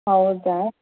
ಹೌದಾ